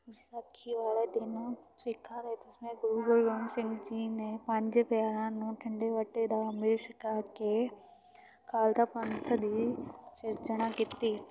ਵਿਸਾਖੀ ਵਾਲੇ ਦਿਨ ਸਿੱਖਾਂ ਦੇ ਦਸਵੇਂ ਗੁਰੂ ਗੁਰੂ ਗੋਬਿੰਦ ਸਿੰਘ ਜੀ ਨੇ ਪੰਜ ਪਿਆਰਿਆਂ ਨੂੰ ਖੰਡੇ ਵਾਟੇ ਦਾ ਅੰਮ੍ਰਿਤ ਛਕਾ ਕੇ ਖਾਲਸਾ ਪੰਥ ਦੀ ਸਿਰਜਣਾ ਕੀਤੀ